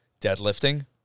deadlifting